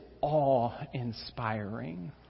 awe-inspiring